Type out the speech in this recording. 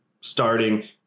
starting